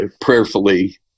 prayerfully